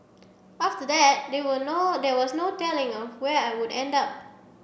after that they were no there was no telling of where I would end up